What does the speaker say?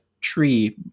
tree